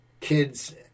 Kids